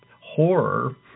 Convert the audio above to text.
horror